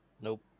nope